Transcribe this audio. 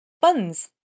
buns